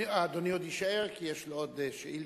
אדוני עוד יישאר כי יש לו עוד שאילתא.